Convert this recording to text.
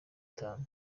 itatu